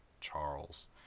Charles